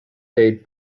date